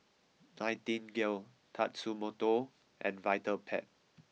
Nightingale Tatsumoto and Vitapet